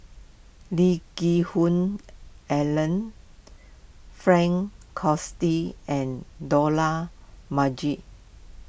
Lee Geck Hoon Ellen Frank and Dollah Majid